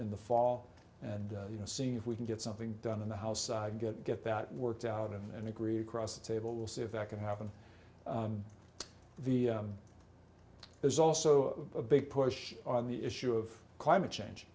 in the fall and you know see if we can get something done on the house side get get that worked out and agreed across the table we'll see if that can happen the there's also a big push on the issue of climate change